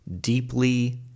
deeply